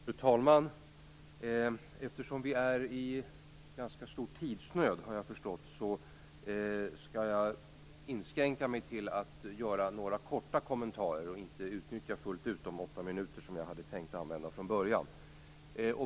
Fru talman! Eftersom jag har förstått att vi är i ganska stor tidsnöd skall jag inskränka mig till att göra några korta kommentarer, och inte fullt ut utnyttja de åtta minuter jag hade tänkt använda från början.